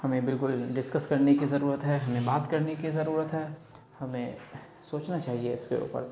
ہمیں بالکل ڈسکس کرنے کی ضرورت ہے ہمیں بات کرنے کی ضرورت ہے ہمیں سوچنا چاہیے اس کے اوپر